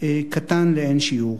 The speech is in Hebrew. קטן לאין שיעור.